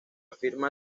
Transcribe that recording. firma